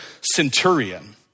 centurion